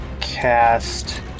cast